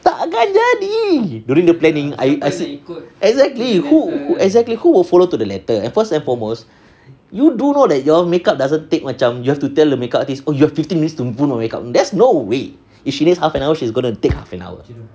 takkan jadi during the planning I said exactly who exactly who will follow to the letter and first and foremost you do know that your makeup doesn't take macam you have to tell the makeup oh you have fifteen minutes to put on her makeup there's no way if she needs half an hour she's going take half an hour